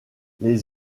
les